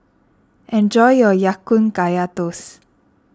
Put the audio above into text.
enjoy your Ya Kun Kaya Toast